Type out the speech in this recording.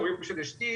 ההורים של אשתי,